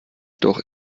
doch